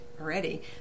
already